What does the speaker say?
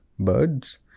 birds